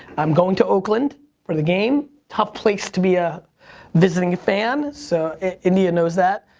i'm going to oakland for the game. tough place to be a visiting fan, so india knows that.